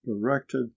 directed